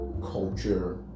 Culture